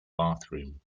bathroom